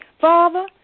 Father